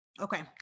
Okay